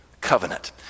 covenant